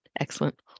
Excellent